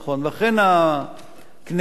לכן הכנסת